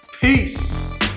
Peace